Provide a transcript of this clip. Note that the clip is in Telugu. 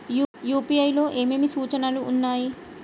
యూ.పీ.ఐ లో ఏమేమి సూచనలు ఉన్నాయి?